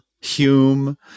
Hume